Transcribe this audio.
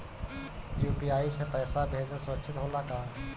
UPI से पैसा भेजल सुरक्षित होला का?